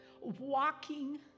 walking